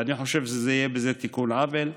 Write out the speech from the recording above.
ואני חושב שיהיה בזה תיקון עוול.